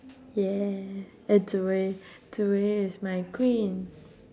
yeah and zi-wei zi-wei is my queen